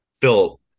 Phil